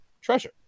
treasure